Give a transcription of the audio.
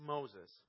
Moses